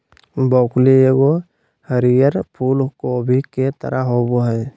broccoli एगो हरीयर फूल कोबी के तरह होबो हइ